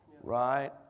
right